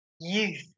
youth